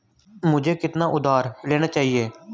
मुझे कितना उधार लेना चाहिए?